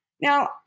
Now